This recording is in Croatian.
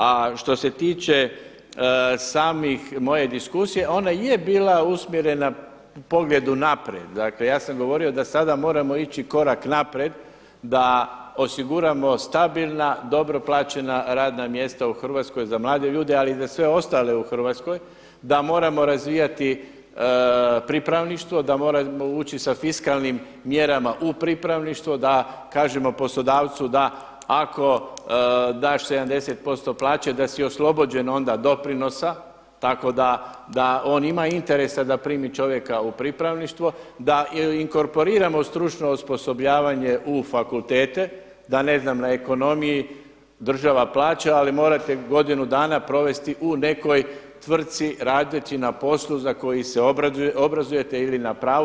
A što se tiče same moje diskusije, ona je bila usmjerena pogledu naprijed, dakle ja sam govorio da sada moramo ići korak naprijed da osiguramo stabilna, dobro plaćena radna mjesta u Hrvatskoj za mlade ljude, ali i za sve ostale u Hrvatskoj da moramo razvijati pripravništvo, da moramo ući sa fiskalnim mjerama u pripravništvo, da kažemo poslodavcu da ako daš 70% plaće da si oslobođen onda doprinosa, tako da on ima interesa da primi čovjeka u pripravništvo, da inkorporiramo u stručno osposobljavanje u fakultete, da ne znam na ekonomiji država plaća, ali morate godinu dana provesti u nekoj tvrtci radeći na poslu za koji se obrazujete ili na pravu.